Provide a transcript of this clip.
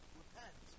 repent